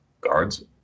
guards